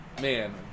man